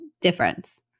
difference